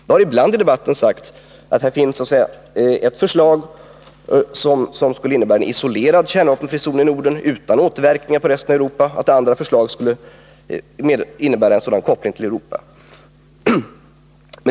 Det har ibland i debatten sagts att det finns ett förslag som skulle innebära en isolerad kärnvapenfri zon i Norden utan återverkningar på det övriga Europa och ett förslag som skulle innebära en koppling till Europa.